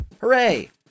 Hooray